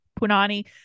punani